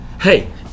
Hey